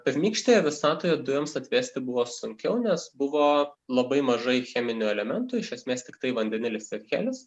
pirmykštėje visatoje dujoms atvėsti buvo sunkiau nes buvo labai mažai cheminių elementų iš esmės tiktai vandenilis ir helis